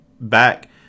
back